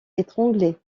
étranglée